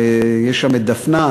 ויש שם את דפנה,